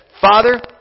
Father